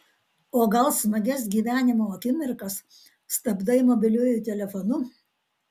o gal smagias gyvenimo akimirkas stabdai mobiliuoju telefonu